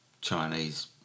Chinese